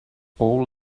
all